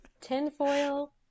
Tinfoil